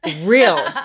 real